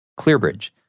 ClearBridge